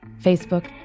Facebook